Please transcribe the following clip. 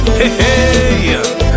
hey